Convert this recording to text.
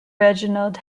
reginald